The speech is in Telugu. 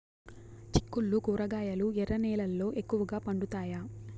చిక్కుళ్లు కూరగాయలు ఎర్ర నేలల్లో ఎక్కువగా పండుతాయా